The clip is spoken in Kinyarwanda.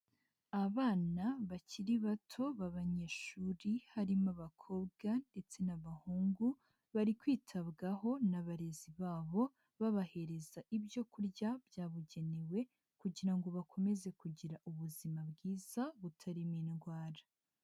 Abana bakiri bato b'abanyeshuri harimo abakobwa ndetse n'abahungu, bari kwitabwaho n'abarezi babo, babahereza ibyo kurya byabugenewe kugira ngo bakomeze kugira ubuzima bwiza butarimo indwara.